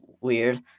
weird